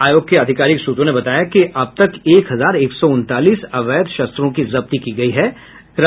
आयोग के आधिकारिक सूत्रों ने बताया कि अब तक एक हजार एक सौ उनतालीस अवैध शस्त्रों की जब्ती की गयी हे